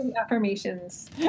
Affirmations